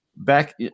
back